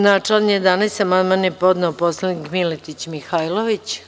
Na član 11. amandman je podneo poslanik Miletić Mihajlović.